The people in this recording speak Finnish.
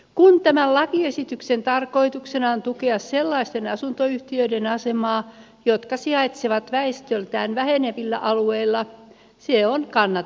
kun tämän lakiesityksen tarkoituksena on tukea sellaisten asuntoyhtiöiden asemaa jotka sijaitsevat väestöltään vähenevillä alueilla se on kannatettavaa